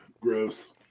gross